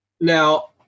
Now